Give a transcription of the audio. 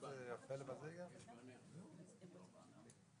ואני מאחל לה הצלחה בהמשך הדרך.